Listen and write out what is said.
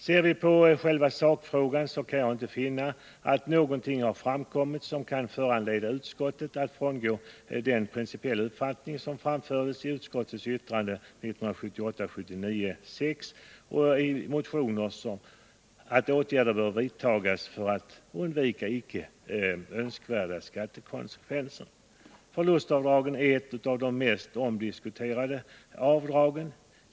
Ser vi på sakfrågan kan jag inte finna att någonting har framkommit som skulle föranleda utskottet att frångå den uppfattning som anfördes i yttrandet över motioner om åtgärder för att undvika icke önskvärda skattekonsekvenser. Förlustavdragen är de mest omdiskuterade avdragen.